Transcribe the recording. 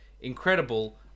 Incredible